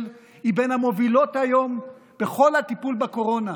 היא בין המובילות היום בכל הטיפול בקורונה.